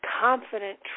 confident